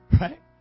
right